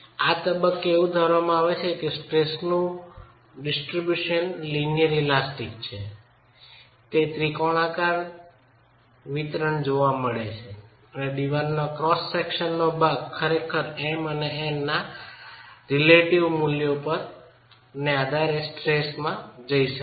આ તબક્કે એવું ધારવામાં આવે છે કે સ્ટ્રેસનું વિતરણ રેખીય સ્થિતિસ્થાપક છે ત્રિકોણાકાર વિતરણ જોવામાં આવે છે અને દિવાલનો ક્રોસ વિભાગનો ભાગ ખરેખર M અને N ના સંબંધિત મૂલ્યોના આધારે સ્ટ્રેસમાં જઈ શકે છે